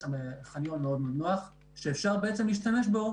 יש שם חניון מאוד נוח שאפשר להשתמש בו